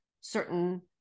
certain